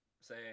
say